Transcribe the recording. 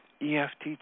EFT